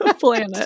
planet